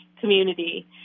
community